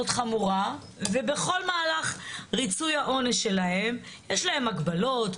חמורה ובכל מהלך ריצוי העונש שלהם יש להם הגבלות,